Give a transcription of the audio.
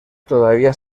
todavía